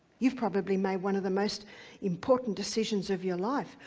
you've probably made one of the most important decisions of your life.